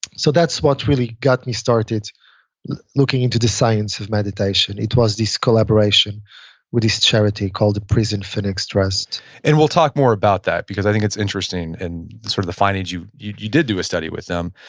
so that's what really got me started looking into the science of meditation. it was this collaboration with this charity called the prison phoenix trust and we'll talk more about that because i think it's interesting and the sort of the findings. you you did do a study with them.